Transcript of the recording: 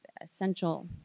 essential